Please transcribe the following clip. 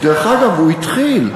דרך אגב, הוא התחיל.